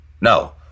No